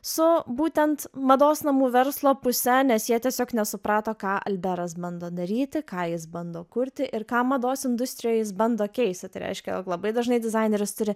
su būtent mados namų verslo puse nes jie tiesiog nesuprato ką alberas bando daryti ką jis bando kurti ir ką mados industrijoj jis bando keisti tai reiškia jog labai dažnai dizaineris turi